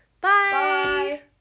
bye